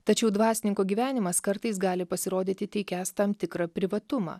tačiau dvasininko gyvenimas kartais gali pasirodyti teikiąs tam tikrą privatumą